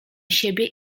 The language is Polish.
siebie